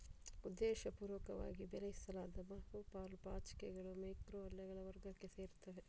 ಉದ್ದೇಶಪೂರ್ವಕವಾಗಿ ಬೆಳೆಸಲಾದ ಬಹು ಪಾಲು ಪಾಚಿಗಳು ಮೈಕ್ರೊ ಅಲ್ಗೇಗಳ ವರ್ಗಕ್ಕೆ ಸೇರುತ್ತವೆ